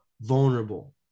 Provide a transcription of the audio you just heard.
vulnerable